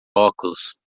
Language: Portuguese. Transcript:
óculos